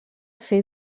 fer